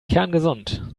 kerngesund